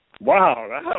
Wow